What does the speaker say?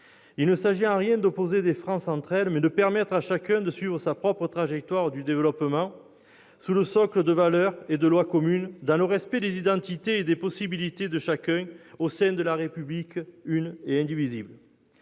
Il ne s'agit en rien d'opposer des France entre elles, mais il faut permettre à chacune de suivre sa propre trajectoire de développement, sous le socle de valeurs et de lois communes, dans le respect des identités et des possibilités de chacun, au sein de la République une et indivisible.